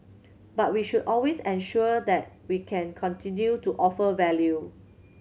but we should always ensure that we can continue to offer value